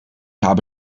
habe